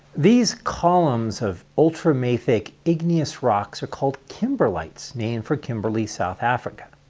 these columns of ultramafic igneous rocks are called kimberlites, named for kimberly south africa.